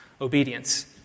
obedience